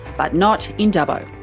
but not in dubbo.